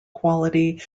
quality